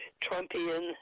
Trumpian